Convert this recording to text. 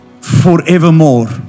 forevermore